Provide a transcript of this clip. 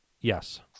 Yes